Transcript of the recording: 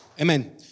Amen